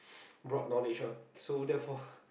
broad knowledge ah so therefore